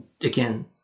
again